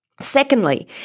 Secondly